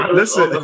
listen